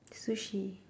sushi